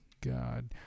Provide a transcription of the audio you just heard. God